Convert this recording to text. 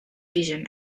vision